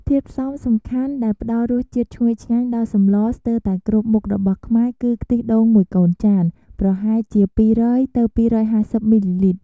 ធាតុផ្សំសំខាន់ដែលផ្ដល់រសជាតិឈ្ងុយឆ្ងាញ់ដល់សម្លស្ទើរតែគ្រប់មុខរបស់ខ្មែរគឺ ខ្ទិះដូងមួយកូនចាន ប្រហែលជា ២០០ ទៅ ២៥០ មីលីលីត្រ។